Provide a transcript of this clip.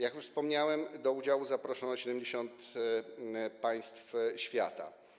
Jak już wspomniałem, do udziału zaproszono 70 państw świata.